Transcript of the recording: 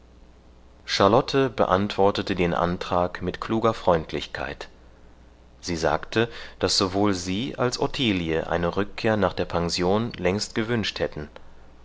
charlotte beantwortete den antrag mit kluger freundlichkeit sie sagte daß sowohl sie als ottilie eine rückkehr nach der pension längst gewünscht hätten